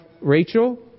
Rachel